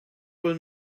will